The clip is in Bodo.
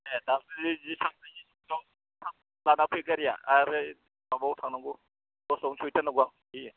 दे थाब लाना फै गारिया आरो माबायाव थांनांगौ दसथायावनो सहैथारनांगौ आं दै